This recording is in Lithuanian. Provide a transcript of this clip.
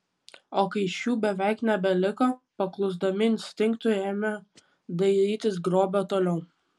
o kai šių beveik nebeliko paklusdami instinktui ėmė dairytis grobio toliau